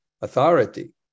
authority